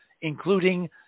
including